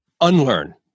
unlearn